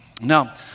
Now